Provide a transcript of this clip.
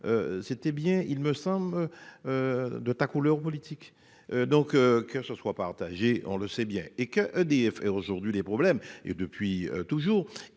C'était bien il me semble. De ta couleur politique. Donc que ce soit partagé, on le sait bien. Et que EDF aujourd'hui des problèmes et depuis toujours,